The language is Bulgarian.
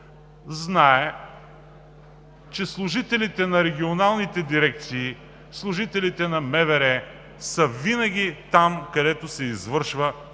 знае, че служителите на регионалните дирекции – служителите на МВР, са винаги там, където се извършва